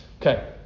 Okay